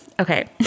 Okay